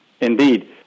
Indeed